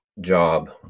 job